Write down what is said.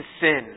sin